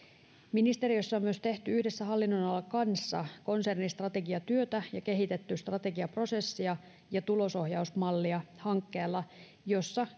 ministeriössä on myös tehty yhdessä hallinnonalan kanssa konsernistrategiatyötä ja kehitetty strategiaprosesseja ja tulosohjausmallia hankkeella jossa